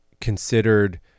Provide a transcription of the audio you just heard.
considered